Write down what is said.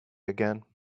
again